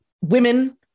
women